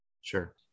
Sure